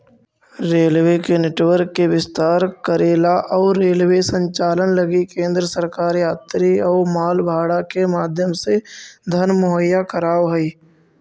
railway के network के विस्तार करेला अउ रेलवे संचालन लगी केंद्र सरकार यात्री अउ माल भाड़ा के माध्यम से धन मुहैया कराव हई